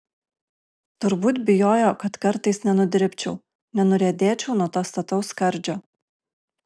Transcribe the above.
turbūt bijojo kad kartais nenudribčiau nenuriedėčiau nuo to stataus skardžio